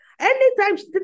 Anytime